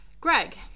greg